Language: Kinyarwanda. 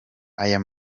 aya